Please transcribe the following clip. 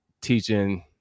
teaching